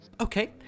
Okay